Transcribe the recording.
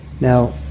now